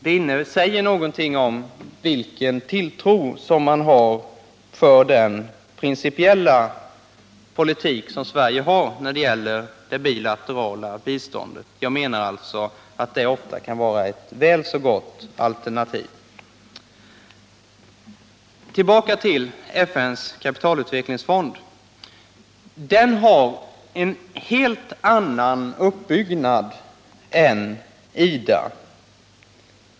Det säger något om vilken tilltro man har till den principiella politik som Sverige för när det gäller det bilaterala biståndet. Det kan ofta vara ett väl så gott alternativ. Tillbaka till FN:s kapitalutvecklingsfond. Den har en helt annan uppbyggnad än IDA.